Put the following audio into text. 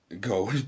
go